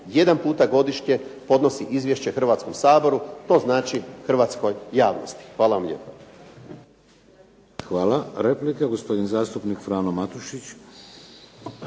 jedan puta godišnje podnosi izvješće Hrvatskom saboru, to znači hrvatskoj javnosti. Hvala vam lijepa. **Šeks, Vladimir (HDZ)** Hvala. Replika gospodin zastupnik Frano Matušić.